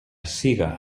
siga